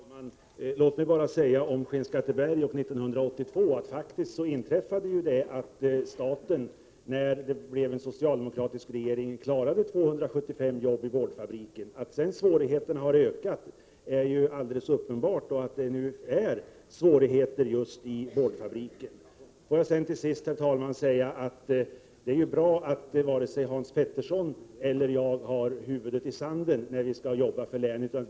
Herr talman! Låt mig bara med anledning av situationen i Skinnskatteberg år 1982 säga att det faktiskt inträffade att staten, när det blev socialdemokratisk regering, klarade 275 jobb i boardfabriken. Att svårigheterna sedan har ökat och att det nu är problem i boardfabriken är alldeles uppenbart. Till sist, herr talman, vill jag säga att det är bra att varken Hans Petersson i Hallstahammar eller jag har huvudet i sanden när vi skall arbeta för länet.